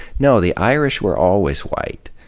no, the irish were always white.